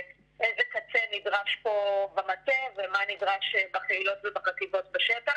איזה קצה נדרש פה במטה ומה נדרש בחילות ובחטיבות בשטח,